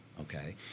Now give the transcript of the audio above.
okay